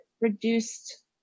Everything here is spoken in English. reduced